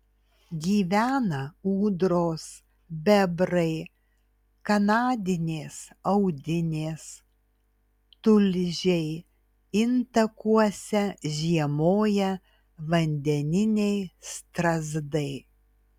gyvena ūdros bebrai kanadinės audinės tulžiai intakuose žiemoja vandeniniai strazdai